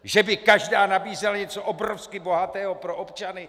Že by každá nabízela něco obrovsky bohatého pro občany?